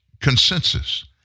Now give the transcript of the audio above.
consensus